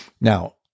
Now